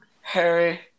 Harry